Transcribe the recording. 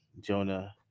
jonah